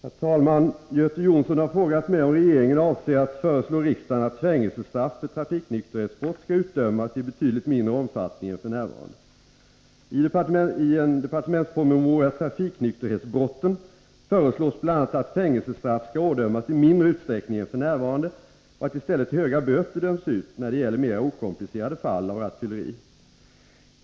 Herr talman! Göte Jonsson har frågat mig om regeringen avser att föreslå riksdagen att fängelsestraff för trafiknykterhetsbrott skall utdömas i betydligt mindre omfattning än f.n. I departementspromemorian Trafiknykterhetsbrotten föreslås bl.a. att fängelsestraff skall ådömas i mindre utsträckning än f. n. och att i stället höga böter döms ut när det gäller mera okomplicerade fall av rattfylleri.